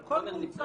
על חומר נפלט?